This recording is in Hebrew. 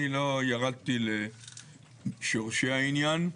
אני לא ירדתי לשורשי העניין,